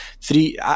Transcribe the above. Three